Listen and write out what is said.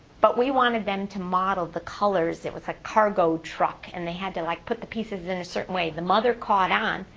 but we wanted them to model the colors. it was a cargo truck, and they had to like put the pieces in a certain way. the mother caught on.